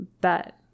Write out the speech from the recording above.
bet